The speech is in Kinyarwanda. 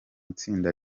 itsinda